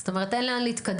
זאת אומרת: אין לאן להתקדם,